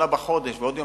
28 בחודש ועוד יום,